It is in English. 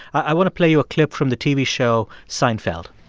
i want to play you a clip from the tv show seinfeld.